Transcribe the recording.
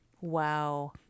Wow